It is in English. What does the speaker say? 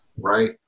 right